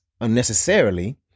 unnecessarily